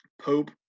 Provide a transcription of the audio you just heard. Pope